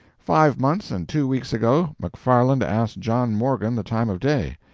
five months and two weeks ago mcfarland asked john morgan the time of day,